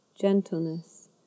gentleness